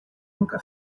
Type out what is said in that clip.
nunca